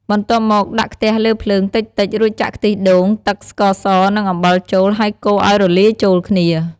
បន្ទាប់មក ដាក់ខ្ទះលើភ្លើងតិចៗ រួចចាក់ខ្ទិះដូង ទឹក ស្ករស និងអំបិលចូល ហើយកូរឲ្យរលាយចូលគ្នា។